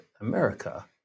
America